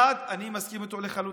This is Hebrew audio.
אני מסכים איתו לחלוטין.